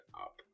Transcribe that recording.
up